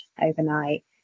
overnight